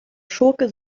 schurke